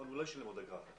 הוא לא ישלם אגרה.